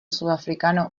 sudafricano